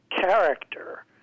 character